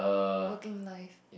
working life